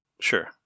Sure